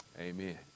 Amen